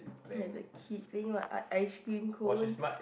there is a kid doing what uh ice cream cone